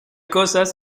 cosas